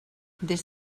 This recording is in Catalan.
des